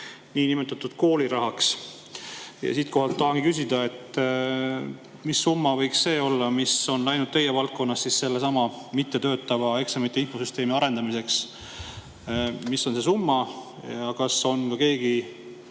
niinimetatud koolirahaks. Ja siinkohal tahangi küsida, mis summa võiks see olla, mis on läinud teie valdkonnas sellesama mittetöötava eksamite infosüsteemi arendamiseks. Mis on see summa? Kas on keegi